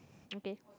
okay